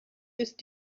ist